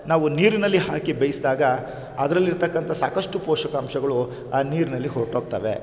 ನಾವು ನೀರಿನಲ್ಲಿ ಹಾಕಿ ಬೇಯಿಸಿದಾಗ ಅದರಲ್ಲಿರ್ತಕ್ಕಂಥ ಸಾಕಷ್ಟು ಪೋಷಕಾಂಶಗಳು ಆ ನೀರಿನಲ್ಲಿ ಹೊರ್ಟೋಗ್ತವೆ